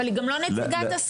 אבל היא גם לא נציגת השר,